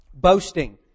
Boasting